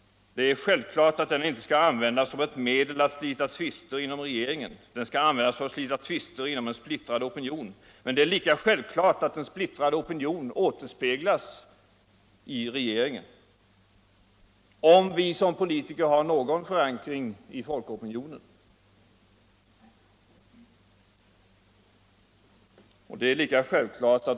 Det är självklart att folkoOmröstningen inte skall användas såsom ew medet för att slita tvister inom regeringen. Den skall användas för att stita tvister inom en splittrad opinion. Men det är lika självklart att en splittrad opinion återspeoglas i regeringen, om vi såsom politiker har någon förankring i folkopinionen.